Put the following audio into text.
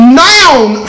noun